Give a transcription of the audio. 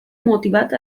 motivat